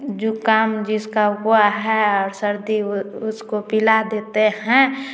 जुकाम जिसका हुआ है और सर्दी उसको पिला देते हैं